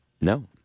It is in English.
No